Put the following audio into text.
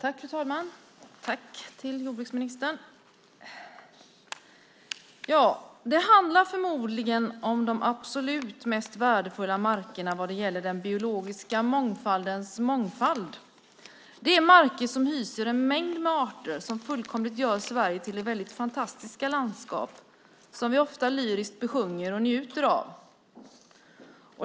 Fru talman! Jag tackar jordbruksministern. Detta handlar förmodligen om de absolut mest värdefulla markerna vad gäller den biologiska mångfaldens mångfald. Det är marker som hyser en mängd arter som gör Sverige till det väldigt fantastiska landskap som vi ofta lyriskt besjunger och njuter av.